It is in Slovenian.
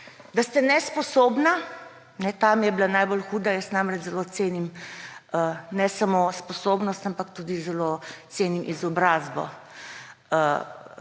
Da ste nesposobni. Ta mi je bila najbolj huda, jaz namreč zelo cenim ne samo sposobnost, ampak tudi zelo cenim izobrazbo,